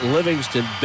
Livingston